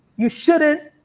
you shouldn't.